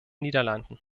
niederlanden